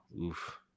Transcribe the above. Oof